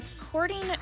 According